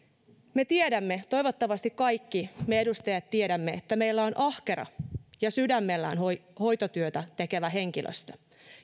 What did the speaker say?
me tiedämme toivottavasti kaikki me edustajat tiedämme että meillä on ahkera ja sydämellään hoitotyötä tekevä henkilöstö